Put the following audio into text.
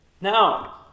Now